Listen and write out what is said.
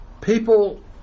People